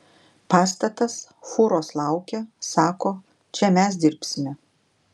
pastatas fūros laukia sako čia mes dirbsime